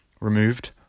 removed